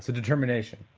so determination